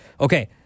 Okay